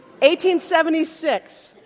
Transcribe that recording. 1876